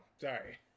Sorry